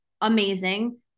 Amazing